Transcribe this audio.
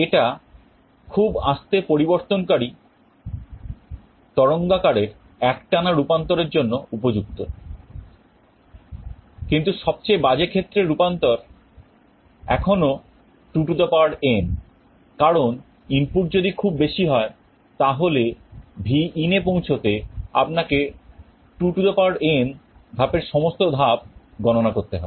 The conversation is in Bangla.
এটা খুব আস্তে পরিবর্তনকারী তরঙ্গাকারের একটানা রূপান্তরের জন্য উপযুক্ত কিন্তু সবচেয়ে বাজে ক্ষেত্রে রূপান্তর এখনো 2n কারণ ইনপুট যদি খুব বেশি হয় তাহলে Vin এ পৌঁছতে আপনাকে 2n ধাপের সমস্ত ধাপ গণনা করতে হবে